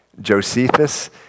Josephus